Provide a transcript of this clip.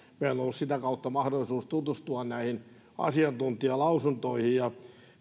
ollut sitä kautta mahdollisuus tutustua näihin asiantuntijalausuntoihin